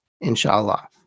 Inshallah